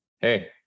Hey